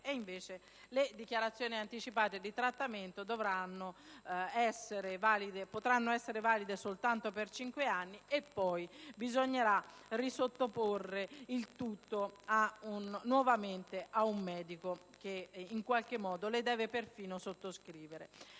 invece, le dichiarazioni anticipate di trattamento potranno essere valide soltanto per cinque anni e poi bisognerà sottoporre nuovamente il tutto ad un medico che le deve perfino sottoscrivere.